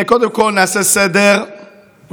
קודם כול נעשה סדר בנתונים.